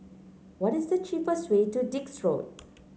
what is the cheapest way to Dix Road